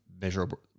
measurable